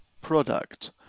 product